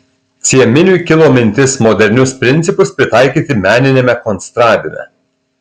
cieminiui kilo mintis modernius principus pritaikyti meniniame konstravime